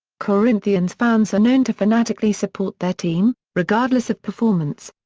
corinthians fans are known to fanatically support their team, regardless of performance.